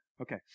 Okay